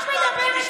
את, את בכלל מדברת?